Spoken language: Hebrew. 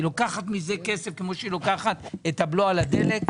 היא לוקחת מזה כסף כמו שהיא לוקחת את הבלו על הדלק.